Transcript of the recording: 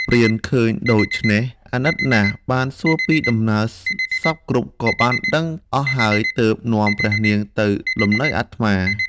ព្រានឃើញដូច្នេះអាណិតណាស់ បានសួរពីដំណើរដើមសព្វគ្រប់ក៏បានដឹងអស់ហើយ ទើបនាំព្រះនាងទៅលំនៅអាត្មា។